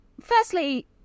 firstly